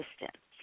assistance